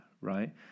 right